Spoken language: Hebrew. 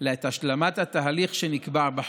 את השלמת התהליך שנקבע בחוק.